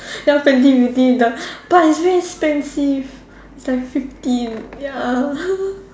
now Fenty beauty the but it's very expensive it's like fifty ya